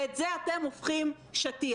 ואת זה אתם הופכים לשטיח.